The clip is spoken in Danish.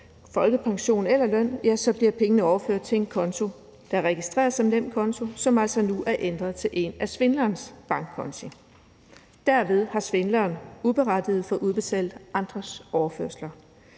folkepension, eller løn, så er pengene blevet overført til en konto, der er registreret som dennes konto, men som altså nu er ændret til en af svindlerens bankkonti. Derved har svindleren uberettiget fået udbetalt andres ydelser.